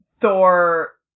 Thor